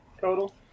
total